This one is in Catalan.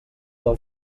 del